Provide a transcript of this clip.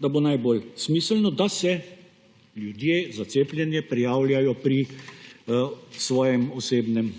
da bo najbolj smiselno – da se ljudje za cepljenje prijavljajo pri svojem osebnem